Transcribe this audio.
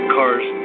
cars